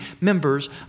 members